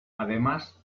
además